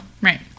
Right